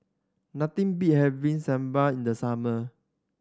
nothing beat having Sambar in the summer